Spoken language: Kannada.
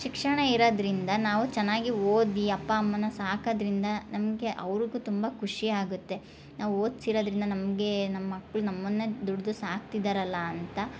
ಶಿಕ್ಷಣ ಇರೋದ್ರಿಂದ ನಾವು ಚೆನ್ನಾಗಿ ಓದಿ ಅಪ್ಪ ಅಮ್ಮನ ಸಾಕದ್ರಿಂದ ನಮಗೆ ಅವರಿಗು ತುಂಬ ಖುಷಿ ಆಗತ್ತೆ ನಾವು ಓದ್ಸಿರದರಿಂದ ನಮಗೆ ನಮ್ಮ ಮಕ್ಳು ನಮ್ಮನ್ನೇ ದುಡ್ದು ಸಾಕ್ತಿದರಲ್ಲ ಅಂತ